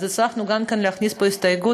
אז הצלחנו להכניס גם פה הסתייגות,